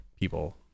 people